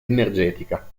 energetica